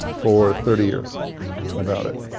for thirty years about it.